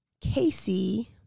Casey